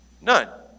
None